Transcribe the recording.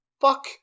fuck